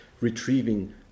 retrieving